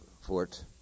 fort